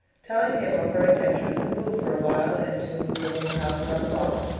telling him of her intention to move for a while into the little house around the block,